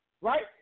right